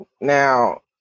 now